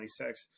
26